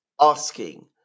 asking